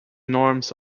norms